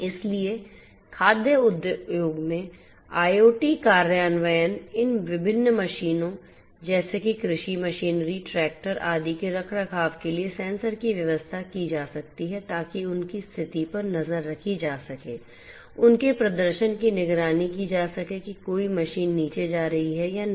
इसलिए खाद्य उद्योग में IoT कार्यान्वयन इन विभिन्न मशीनों जैसे कि कृषि मशीनरी ट्रैक्टर आदि के रखरखाव के लिए सेंसर की व्यवस्था की जा सकती है ताकि उनकी स्थिति पर नजर रखी जा सके उनके प्रदर्शन की निगरानी की जा सके कि कोई मशीन नीचे जा रही है या नहीं